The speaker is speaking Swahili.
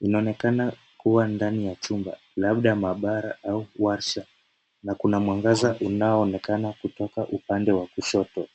Inaonekana kuwa ndani ya chumba labda maabara au warsha. Kuna mwangaza unaona onekana kutoka upande wa kushoto.